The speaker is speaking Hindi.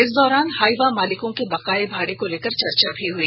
इस दौरान हाईवा मालिकों के बकाये भाड़ा को लेकर चर्चा हुई